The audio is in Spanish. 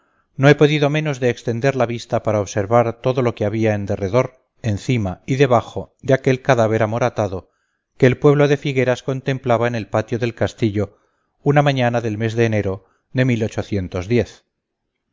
no he podido menos de extender la vista para observar todo lo que había en derredor encima y debajo de aquel cadáver amoratado que el pueblo de figueras contemplaba en el patio del castillo una mañana del mes de enero de